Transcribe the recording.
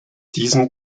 diesen